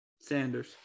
Sanders